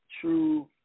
true